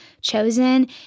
chosen